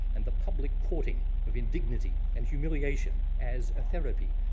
and the public courting of indignity and humiliation as a therapy,